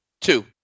Two